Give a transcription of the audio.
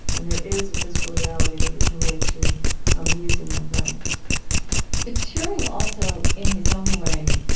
and there is a physical reality that we can relate to um using mathematics but turing also, in his own way,